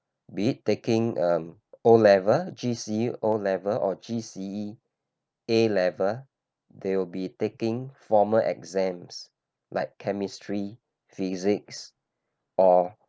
be it taking um O-level G_C_E level O-level or G_C_E A-level they will be taking formal exams like chemistry physics or